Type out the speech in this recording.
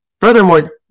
Furthermore